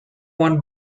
one